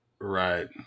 Right